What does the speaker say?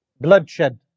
Bloodshed